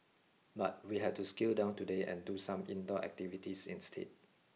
but we had to scale down today and do some indoor activities instead